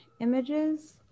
images